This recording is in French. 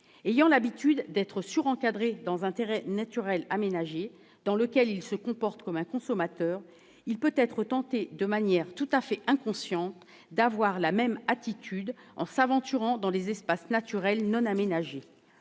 Ayant l'habitude d'être « surencadré » dans un terrain naturel aménagé dans lequel il se comporte comme un consommateur, il peut être tenté de manière tout à fait inconsciente d'avoir la même attitude en s'aventurant dans les espaces naturels non aménagés.